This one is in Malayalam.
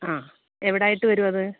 ആ എവിടെ ആയിട്ട് വരും അത്